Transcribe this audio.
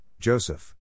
Joseph